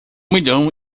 milhão